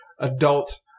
adult